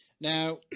Now